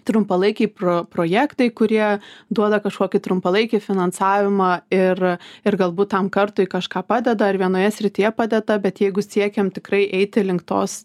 trumpalaikiai pro projektai kurie duoda kažkokį trumpalaikį finansavimą ir ir galbūt tam kartui kažką padeda ar vienoje srityje padeda bet jeigu siekiam tikrai eiti link tos